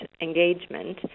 engagement